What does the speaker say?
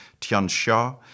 Tianxia